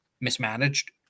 mismanaged